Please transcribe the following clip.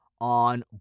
on